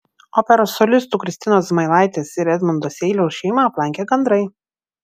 operos solistų kristinos zmailaitės ir edmundo seiliaus šeimą aplankė gandrai